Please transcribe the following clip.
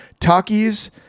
Takis